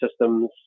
systems